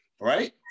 right